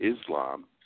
Islam